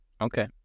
okay